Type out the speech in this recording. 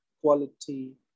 quality